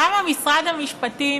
למה משרד המשפטים